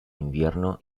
invierno